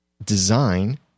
design